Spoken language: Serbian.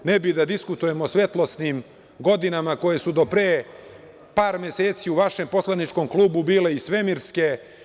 Ne bih da diskutujem o svetlosnim godinama koje su do pre par meseci u vašem poslaničkom klubu bile i svemirske.